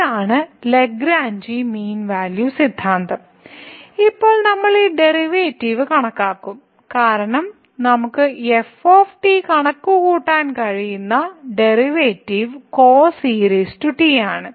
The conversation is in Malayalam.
ഇതാണ് ലഗ്രാഞ്ചി മീൻ വാല്യൂ സിദ്ധാന്തം ഇപ്പോൾ നമ്മൾ ഈ ഡെറിവേറ്റീവിനെ കണക്കാക്കും കാരണം നമുക്ക് f കണക്കുകൂട്ടാൻ കഴിയുന്ന ഡെറിവേറ്റീവ് cos et ആണ്